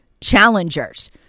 challengers